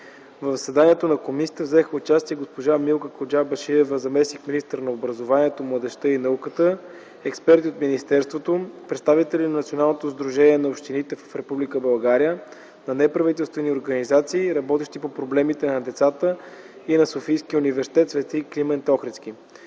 В заседанието на комисията взеха участие госпожа Милка Коджабашиева – заместник-министър на образованието, младежта и науката, експерти от министерството, представители на Националното сдружение на общините в Република България, на неправителствени организации, работещи по проблемите на децата и на Софийския университет „Св. Климент Охридски”.